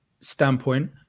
standpoint